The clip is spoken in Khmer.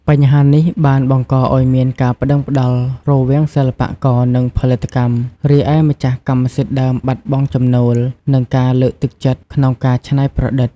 បញ្ហានេះបានបង្កឱ្យមានការប្ដឹងផ្ដល់រវាងសិល្បករ និងផលិតកម្ម រីឯម្ចាស់កម្មសិទ្ធិដើមបាត់បង់ចំណូល និងការលើកទឹកចិត្តក្នុងការច្នៃប្រឌិត។